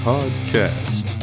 Podcast